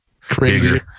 crazy